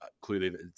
clearly